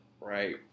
Right